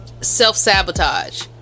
self-sabotage